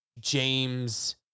James